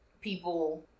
people